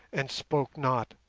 and spoke not,